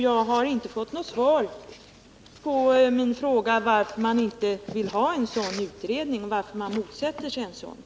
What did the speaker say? Jag har inte fått något svar på min fråga varför man inte vill ha en sådan utredning och varför man motsätter sig en sådan.